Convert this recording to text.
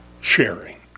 sharing